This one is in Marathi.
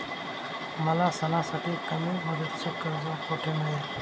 मला सणासाठी कमी मुदतीचे कर्ज कोठे मिळेल?